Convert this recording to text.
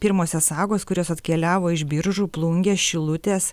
pirmosios sagos kurios atkeliavo iš biržų plungės šilutės